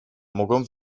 mogą